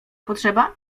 potrzeba